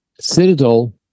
Citadel